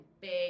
big